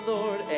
Lord